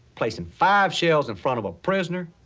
placing five shells in front of a prisoner,